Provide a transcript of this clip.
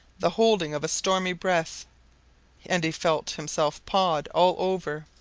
the holding of a stormy breath and he felt himself pawed all over.